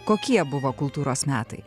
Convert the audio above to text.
kokie buvo kultūros metai